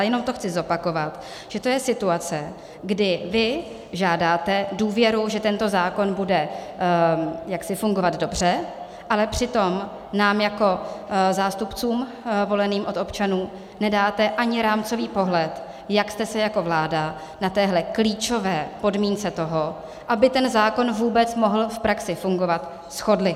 Jenom to chci zopakovat, že to je situace, kdy vy žádáte důvěru, že tento zákon bude jaksi fungovat dobře, ale přitom nám jako zástupcům voleným od občanů nedáte ani rámcový pohled, jak jste se jako vláda na téhle klíčové podmínce toho, aby ten zákon mohl vůbec v praxi fungovat, shodli.